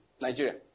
Nigeria